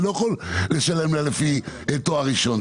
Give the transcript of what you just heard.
אני לא יכול לשלם לה לפי תואר ראשון,